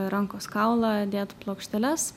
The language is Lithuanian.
rankos kaulą dėt plokšteles